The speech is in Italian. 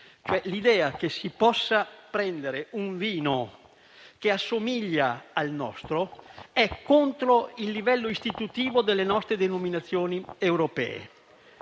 l'idea che si possa prendere un vino che assomiglia al nostro è contro il livello istitutivo delle nostre denominazioni europee.